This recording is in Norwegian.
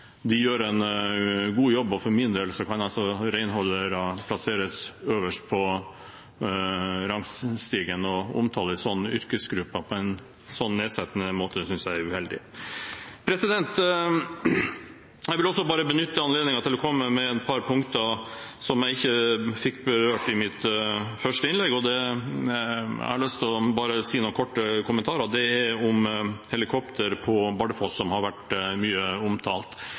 de gjør en god jobb, og for min del kan renholdere plasseres øverst på rangstigen. Å omtale en yrkesgruppe på en så nedsettende måte, synes jeg er uheldig. Jeg vil også benytte anledningen til å komme med noen korte kommentarer om et par punkter som jeg ikke fikk berørt i mitt første innlegg, og det er om helikopter på Bardufoss, som har vært mye omtalt. Jeg synes det forliket man har kommet til når det gjelder helikopter på Bardufoss,